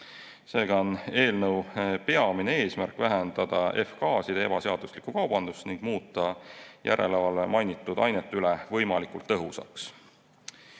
Seega on eelnõu peamine eesmärk vähendada F-gaaside ebaseaduslikku kaubandust ning muuta järelevalve mainitud ainete üle võimalikult tõhusaks.